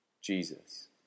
Jesus